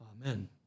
Amen